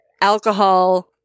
alcohol